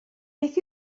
beth